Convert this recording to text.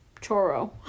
Choro